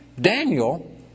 Daniel